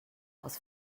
aus